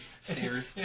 Stairs